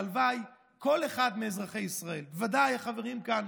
הלוואי שכל אחד מאזרחי ישראל, ודאי החברים כאן